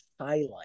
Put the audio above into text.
highlight